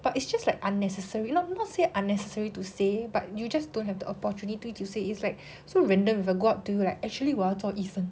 but it's just like unnecessary not not say unnecessary to say but you just don't have the opportunity to say it's like so random if I go up to you like actually 我要做医生